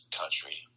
country